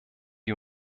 die